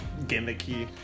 gimmicky